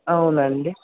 అవునండి